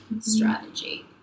Strategy